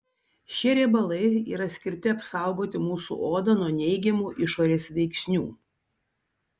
šie riebalai yra skirti apsaugoti mūsų odą nuo neigiamų išorės veiksnių